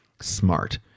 smart